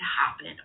happen